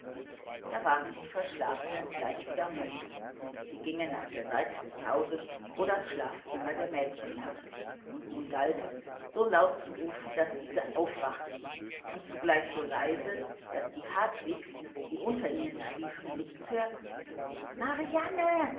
da waren die verschlafenen gleich wieder munter sie gingen nach der seite des hauses wo das schlafzimmer der mädchen lag und nun galt es so laut zu rufen daß diese aufwachten und zugleich so leise daß hartwigs die unter ihnen schliefen nichts hörten marianne